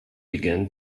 began